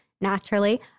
naturally